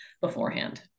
beforehand